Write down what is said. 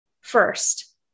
first